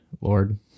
Lord